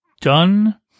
done